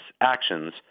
actions